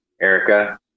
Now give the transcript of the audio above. Erica